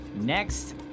Next